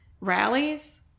rallies